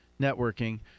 networking